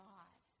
God